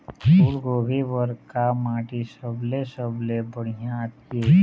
फूलगोभी बर का माटी सबले सबले बढ़िया ये?